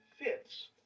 fits